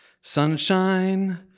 sunshine